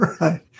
Right